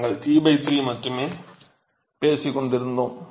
நாங்கள் t3 பற்றி மட்டுமே பேசிக் கொண்டிருந்தோம்